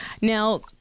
now